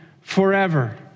forever